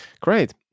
great